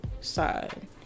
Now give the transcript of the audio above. side